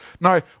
No